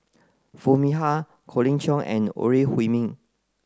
Foo Mee Har Colin Cheong and Ore Huiying